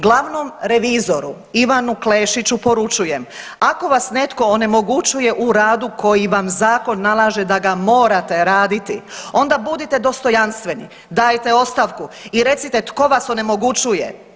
Glavnom revizoru Ivanu Klešiću poručujem ako vas netko onemogućuje u radu koji vam zakon nalaže da ga morate raditi, onda budite dostojanstveni, dajte ostavku i recite tko vas onemogućuje.